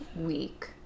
week